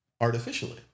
Artificially